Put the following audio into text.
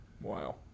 wow